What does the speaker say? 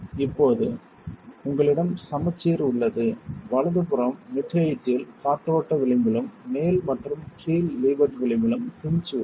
இப்போது உங்களிடம் சமச்சீர் உள்ளது வலதுபுறம் மிட் ஹெயிட்டில் காற்றோட்ட விளிம்பிலும் மேல் மற்றும் கீழ் லீவர்ட் விளிம்பிலும் ஹின்ஜ் உள்ளது